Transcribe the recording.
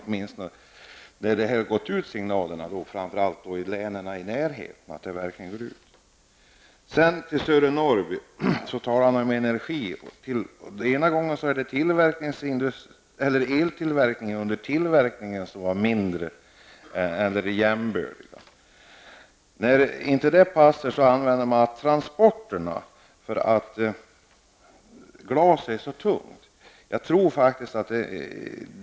Det är alltså viktigt att dessa signaler verkligen går ut, framför allt till kommer i närheten av glasbruk. Sören Norrby talar om energi. Ena gången är det tillverkningen som är mindre än vid jämbördiga industrier. När inte det passar, använder man transporterna som argument -- att glas är så tungt.